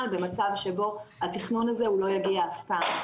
במצב שבו התכנון הזה הוא לא יגיע אף פעם.